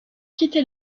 quitté